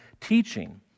teaching